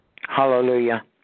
Hallelujah